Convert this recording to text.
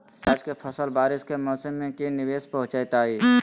प्याज के फसल बारिस के मौसम में की निवेस पहुचैताई?